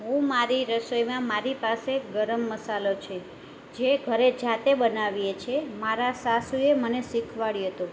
હું મારી રસોઈમાં મારી પાસે ગરમ મસાલો છે જે ઘરે જાતે બનાવીએ છીએ મારા સાસુએ મને શીખવાડ્યું હતું